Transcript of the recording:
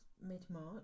mid-March